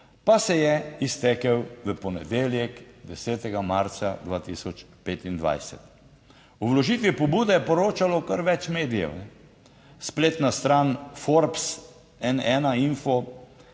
pa se je iztekel v ponedeljek, 10. marca 2025. O vložitvi pobude je poročalo kar več medijev, spletna stran Forbes, N1, Info